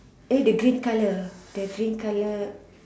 eh the green colour the green colour